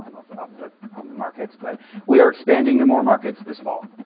um of of the um the markets, but we are expanding to more markets this fall.